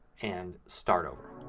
and start over.